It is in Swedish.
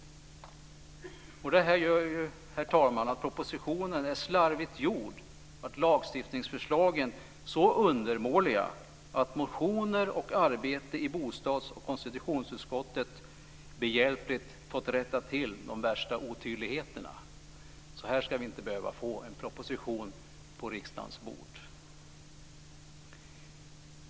Det här innebär, herr talman, att propositionen är slarvigt gjord och lagstiftningsförslagen så undermåliga att man med motioner och med hjälp av arbete i bostadsoch konstitutionsutskotten har fått rätta till de värsta otydligheterna. Så här ska vi inte behöva få en proposition på riksdagens bord.